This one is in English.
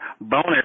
bonus